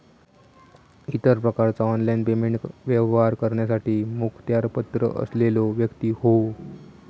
इतर प्रकारचा online payment व्यवहार करण्यासाठी मुखत्यारपत्र असलेलो व्यक्ती होवो